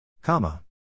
Comma